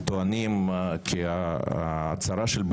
קורא לכל חברי ועדת הבריאות להצביע בעד קבלת ההסתייגות החשובה הזאת.